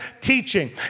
teaching